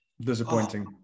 disappointing